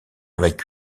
avec